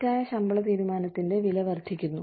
തെറ്റായ ശമ്പള തീരുമാനത്തിന്റെ വില വർദ്ധിക്കുന്നു